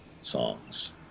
songs